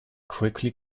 quickly